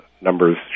numbers